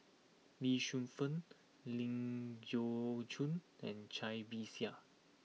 Lee Shu Fen Ling Geok Choon and Cai Bixia